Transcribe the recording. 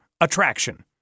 attraction